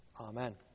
Amen